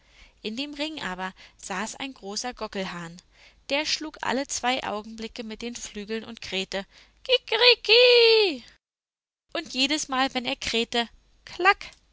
in dem ring aber saß ein großer gockelhahn der schlug alle zwei augenblicke mit den flügeln und krähte kikeriki i i ieh und jedesmal wenn er krähte